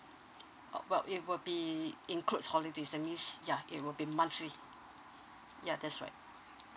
oh well it will be include holidays that means ya it will be monthly ya that's right